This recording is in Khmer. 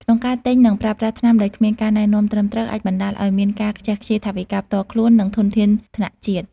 ក្នុងការទិញ និងប្រើប្រាស់ថ្នាំដោយគ្មានការណែនាំត្រឹមត្រូវ អាចបណ្ដាលឱ្យមានការខ្ជះខ្ជាយថវិកាផ្ទាល់ខ្លួន និងធនធានថ្នាក់ជាតិ។